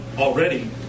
already